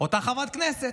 אותה חברת כנסת.